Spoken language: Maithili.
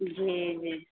जी जी